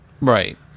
Right